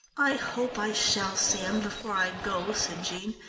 i hope i shall see him before i go, said jean.